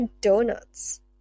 donuts